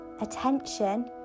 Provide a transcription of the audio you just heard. attention